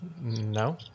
No